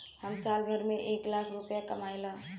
हम साल भर में एक लाख रूपया कमाई ला